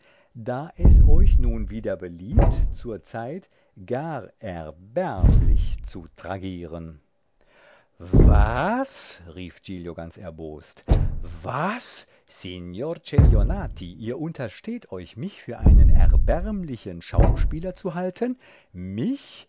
da es euch nun wieder beliebt zurzeit gar erbärmlich zu tragieren was rief giglio ganz erbost was signor celionati ihr untersteht euch mich für einen erbärmlichen schauspieler zu halten mich